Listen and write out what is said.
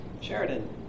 Sheridan